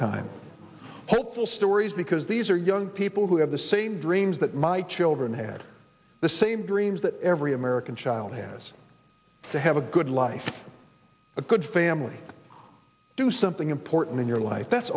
time hopeful stories because these are young people who have the same dreams that my children had this same dreams that every american child has to have a good life a good family do something important in your life that's